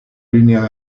línea